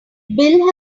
bill